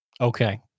Okay